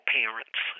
parents